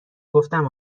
گفتم